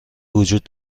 وجود